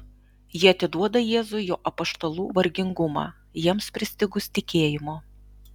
ji atiduoda jėzui jo apaštalų vargingumą jiems pristigus tikėjimo